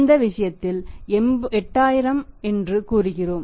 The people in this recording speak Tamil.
இந்த விஷயத்தில் 8000 என்று கூறுகிறோம்